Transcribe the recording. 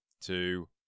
two